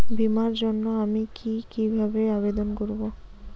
বিমার জন্য আমি কি কিভাবে আবেদন করব?